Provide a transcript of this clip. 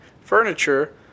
furniture